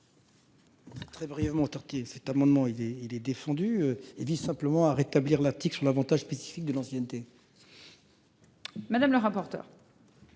Très brièvement. Cet amendement il est il est défendu et vise simplement à rétablir la petite sur l'Avantage spécifique de l'ancienneté. Madame le rapporteur.